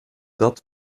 dat